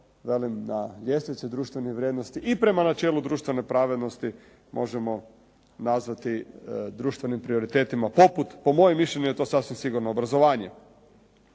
velim na ljestvici društvenih vrijednosti i prema načelu društvene pravednosti možemo nazvati društvenim prioritetima poput, po mojem mišljenju je to sasvim sigurno obrazovanje.